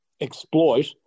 exploit